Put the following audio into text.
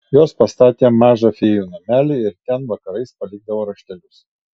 jos pastatė mažą fėjų namelį ir ten vakarais palikdavo raštelius